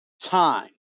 time